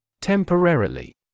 Temporarily